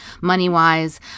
money-wise